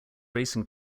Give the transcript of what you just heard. racing